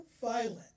violent